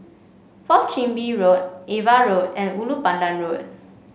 Fourth Chin Bee Road Ava Road and Ulu Pandan Road